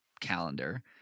calendar